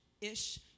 Ish